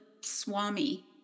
swami